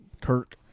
Kirk